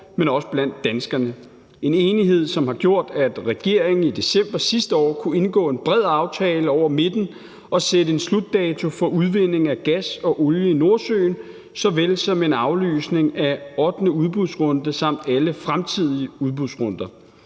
men også blandt danskerne – en enighed, som har gjort, at regeringen i december sidste år kunne indgå en bred aftale over midten om at sætte en slutdato for udvindingen af gas og olie i Nordsøen såvel som en aflysning af ottende udbudsrunde samt alle fremtidige udbudsrunder.